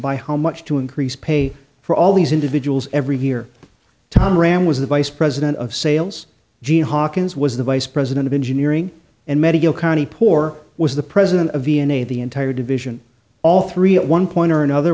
by how much to increase pay for all these individuals every year tom ram was the vice president of sales hawkins was the vice president of engineering and medical conny puir was the president of d n a the entire division all three at one point or another